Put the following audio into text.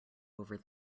over